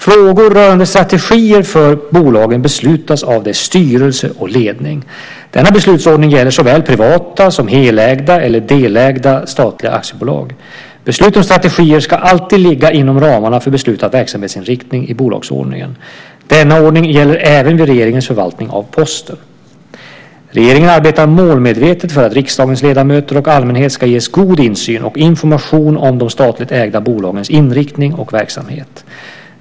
Frågor rörande strategier för bolagen beslutas av deras styrelse och ledning. Denna beslutsordning gäller såväl privata som helägda eller delägda statliga aktiebolag. Beslut om strategier ska alltid ligga inom ramarna för beslutad verksamhetsinriktning i bolagsordningen. Denna ordning gäller även vid regeringens förvaltning av Posten. Regeringen arbetar målmedvetet för att riksdagens ledamöter och allmänheten ska ges en god insyn i och information om de statligt ägda bolagens inriktning och verksamhet.